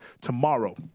tomorrow